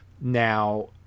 Now